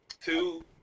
Two